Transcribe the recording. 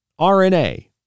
RNA